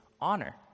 honor